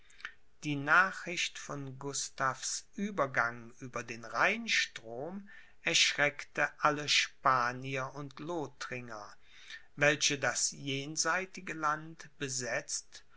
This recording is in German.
die nachricht von gustavs uebergang über den rheinstrom erschreckte alle spanier und lothringer welche das jenseitige land besetzt